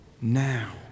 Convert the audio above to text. now